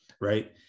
right